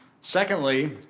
Secondly